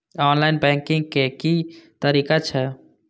Online banking के की तरीका छै?